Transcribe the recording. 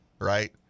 right